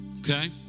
Okay